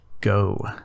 Go